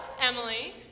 Emily